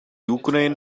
ukraine